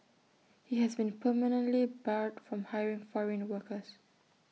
he has been permanently barred from hiring foreign workers